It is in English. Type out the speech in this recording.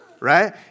right